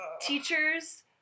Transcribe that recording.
teachers